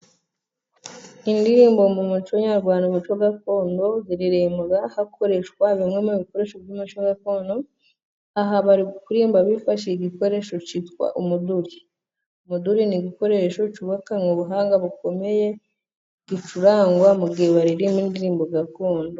Indirimbo mu muco nyarwanda, umuco gakondo ziririmbwa hakoreshwa bimwe mu bikoresho by'umuco gakondo. Aha bari kuririmba bifashishije igikoresho cyitwa umuduri. Umoduri ni igikoresho cyubakanwe mu ubuhanga bukomeye gicurangwa mu gihe bari kuririmba indirimbo gakondo.